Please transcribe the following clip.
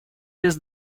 без